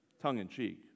tongue-in-cheek